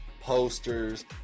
posters